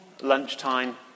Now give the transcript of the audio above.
lunchtime